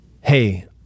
hey